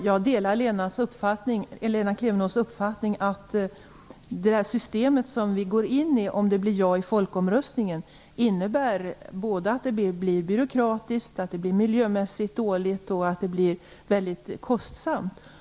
Fru talman! Jag delar Lena Klevenås uppfattning att det system som vi går in i om det blir ja i folkomröstningen kommer att bli byråkratiskt, miljömässigt dåligt och väldigt kostsamt.